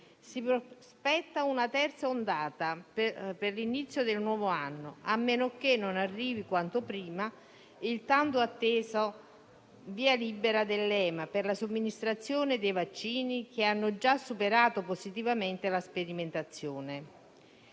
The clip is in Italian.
si prospetta una terza ondata per l'inizio del nuovo anno, a meno che non arrivi quanto prima il tanto atteso via libera dell'EMA per la somministrazione dei vaccini che hanno già superato positivamente la sperimentazione.